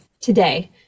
today